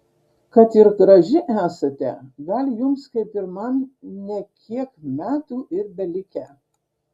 kad ir graži esate gal jums kaip ir man ne kiek metų ir belikę